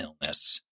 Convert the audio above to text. illness